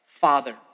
Father